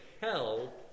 hell